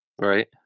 Right